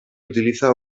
utiliza